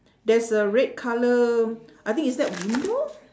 there's a red colour I think is that window